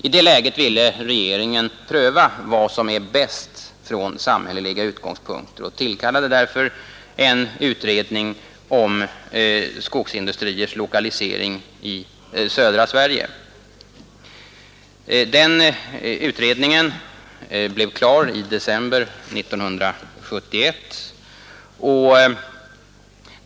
I det läget ville regeringen pröva vad som är bäst från samhälleliga utgångspunkter och tillkallade därför en utredning om skogsindustriers lokalisering i södra Sverige. Den utredningen blev klar i december 1971.